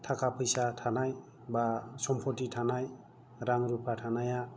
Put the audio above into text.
थाखा फैसा थानाय एबा सम्फथि थानाय रां रुपा थानाया